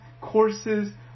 courses